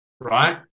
right